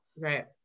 right